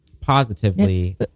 positively